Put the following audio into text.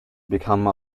become